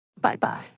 Bye-bye